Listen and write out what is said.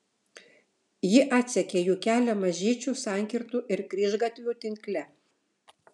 ji atsekė jų kelią mažyčių sankirtų ir kryžgatvių tinkle